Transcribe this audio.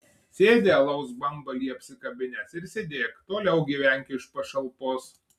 sėdi alaus bambalį apsikabinęs ir sėdėk toliau gyvenk iš pašalpos